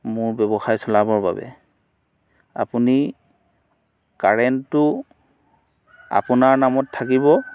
মোৰ ব্যৱসায় চলাবৰ বাবে আপুনি কাৰেণ্টটো আপোনাৰ নামত থাকিব